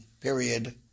period